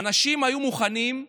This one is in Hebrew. האנשים היו מוכנים,